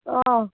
অঁ